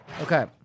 Okay